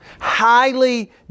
Highly